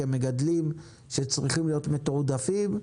כמגדלים שצריכים להיות מתועדפים,